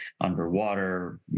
underwater